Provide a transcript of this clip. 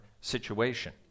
situation